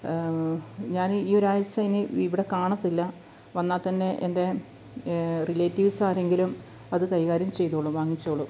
ഞാൻ ഈ ഒരാഴ്ച ഇനി ഇവിടെ കാണത്തില്ല വന്നാല്ത്തന്നെ എൻ്റെ റിലേറ്റീവ്സാരെങ്കിലും അത് കൈകാര്യം ചെയ്തോളും വാങ്ങിച്ചോളും